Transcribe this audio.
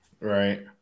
Right